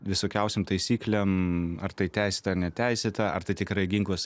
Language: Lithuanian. visokiausiom taisyklėm ar tai teisėta neteisėta ar tai tikrai ginklas